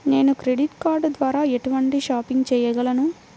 నేను credit card ద్వార ఎటువంటి షాపింగ్ చెయ్యగలను?